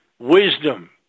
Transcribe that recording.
Wisdom